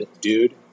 dude